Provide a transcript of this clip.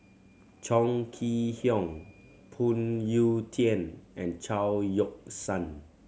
Chong Kee Hiong Phoon Yew Tien and Chao Yoke San